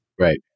right